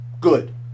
Good